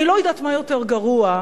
אני לא יודעת מה יותר גרוע,